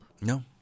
No